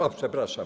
O, przepraszam.